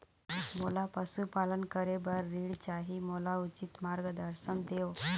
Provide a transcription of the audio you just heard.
मोला पशुपालन करे बर ऋण चाही, मोला उचित मार्गदर्शन देव?